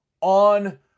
on